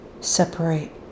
separate